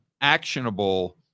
actionable